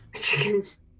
chickens